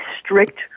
strict